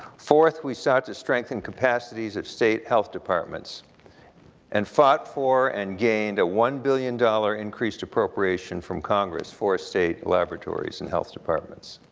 fourth, we sought to strengthen capacities of state health departments and fought for and gained a one billion dollars increased appropriation from congress for state laboratories and health departments.